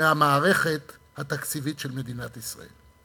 מהמערכת התקציבית של מדינת ישראל.